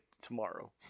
tomorrow